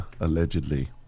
Allegedly